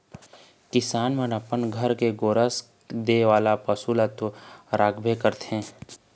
किसान मन ह अपन घर म गोरस दे वाला पशु तो राखबे करथे